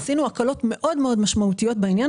עשינו הקלות מאוד מאוד משמעותיות בעניין